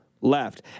left